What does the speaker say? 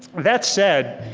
that said,